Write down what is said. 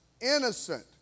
innocent